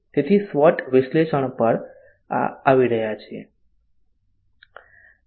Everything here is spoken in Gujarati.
તેથી SWOT વિશ્લેષણ પર આવી રહ્યા છીએ